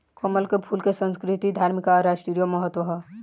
कमल के फूल के संस्कृतिक, धार्मिक आ राष्ट्रीय महत्व ह